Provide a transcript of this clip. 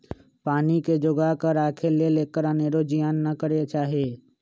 पानी के जोगा कऽ राखे लेल एकर अनेरो जियान न करे चाहि